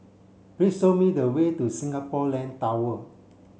please show me the way to Singapore Land Tower